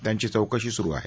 त्यांची चौकशी सुरु आहे